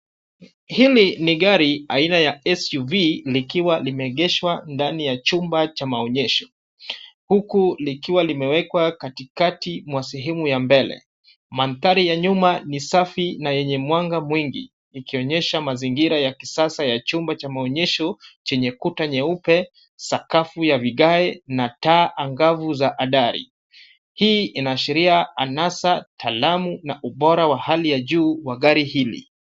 Hili ni gari aina ya SUV, likiwa limeegeshwa ndani ya chumba cha maonyesho, huku likiwa limewekwa katikati ya sehemu ya mbele. Mandhari ya nyuma nio safi na yenye mwanga mwingi, ikionyesha mazingira ya sasa ya chumba cha maonyesho, chenye kuta nyeupe, sakafu ya vigae na taa anavu za adari. Hii inaashiria anasa, taalamu na ubora wa hali ya juu wa gari hili.